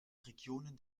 regionen